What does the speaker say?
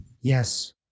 Yes